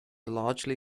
largely